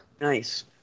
Nice